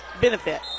benefit